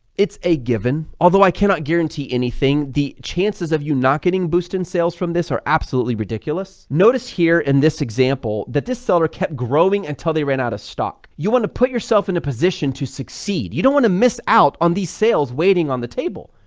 it's a given although i cannot guarantee anything the chances of you not getting boost in sales from this are absolutely ridiculous notice here. in and this example, that this seller kept growing until they ran out of stock, you want to put yourself in a position to succeed, you don't want to miss out on these sales waiting on the table,